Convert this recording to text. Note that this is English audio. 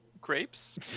grapes